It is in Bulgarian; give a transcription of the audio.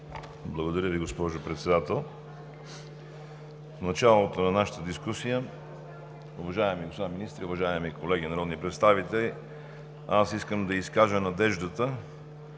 Благодаря Ви, госпожо Председател. В началото на нашата дискусия, уважаеми господа министри, уважаеми колеги народни представители, искам да изкажа надеждата